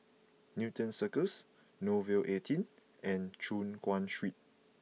Newton Cirus Nouvel eighteen and Choon Guan Street